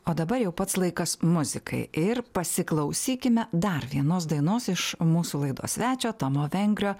o dabar jau pats laikas muzikai ir pasiklausykime dar vienos dainos iš mūsų laidos svečio tomo vengrio